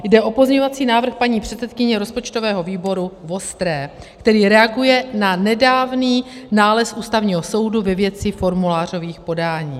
Jde o pozměňovací návrh paní předsedkyně rozpočtového výboru Vostré, který reaguje na nedávný nález Ústavního soudu ve věci formulářových podání.